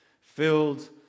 filled